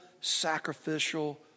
sacrificial